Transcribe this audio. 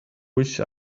wish